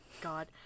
God